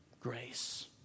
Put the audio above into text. Grace